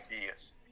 ideas